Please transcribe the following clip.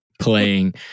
playing